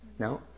No